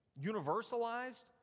universalized